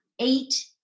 eight